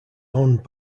owned